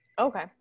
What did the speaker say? Okay